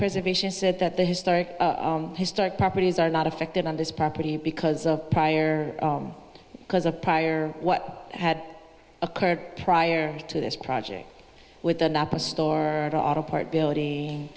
preservation said that the historic historic properties are not affected on this property because of prior because of prior what had occurred prior to this project with the napa store or auto part building